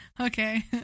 Okay